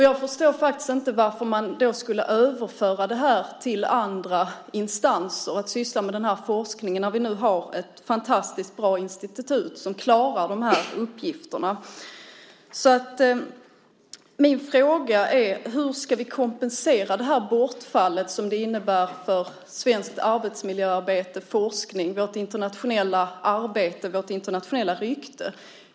Jag förstår faktiskt inte varför man ska överföra den här forskningen till andra instanser när vi nu har ett fantastiskt bra institut som klarar de här uppgifterna. Min fråga är: Hur ska vi kompensera det bortfall som det här innebär för svenskt arbetsmiljöarbete, forskning, vårt internationella arbete och vårt internationella rykte?